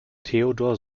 theodor